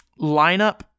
lineup